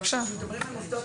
מומחית לכלכלת